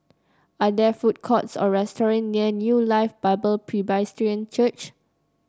are there food courts or restaurants near New Life Bible Presbyterian Church